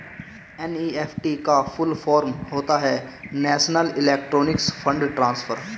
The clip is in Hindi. एन.ई.एफ.टी का फुल फॉर्म होता है नेशनल इलेक्ट्रॉनिक्स फण्ड ट्रांसफर